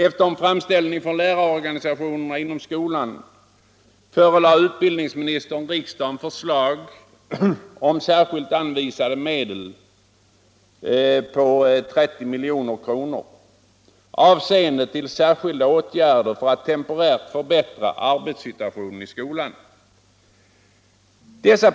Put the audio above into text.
Efter en framställning från lärarorganisationerna inom skolan förelade utbildningsministern riksdagen förslag om särskilt anvisade medel på 30 milj.kr. avsedda för särskilda åtgärder för att temporärt förbättra arbetssituationen i skolan.